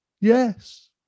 Yes